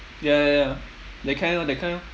ya ya ya that kind orh that kind orh